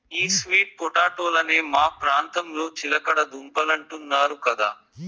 ఈ స్వీట్ పొటాటోలనే మా ప్రాంతంలో చిలకడ దుంపలంటున్నారు కదా